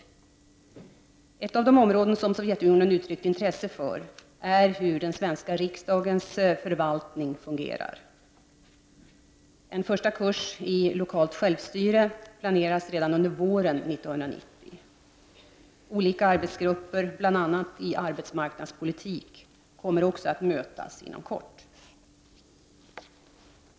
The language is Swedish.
Ett av de områden som Sovjetunionen uttryckt intresse för är hur den svenska riksdagens förvaltning fungerar. En första kurs i lokalt självstyre planeras redan under våren 1990. Olika arbetsgrupper, bl.a. i arbetsmarknadspolitik, kommer också att mötas inom kort.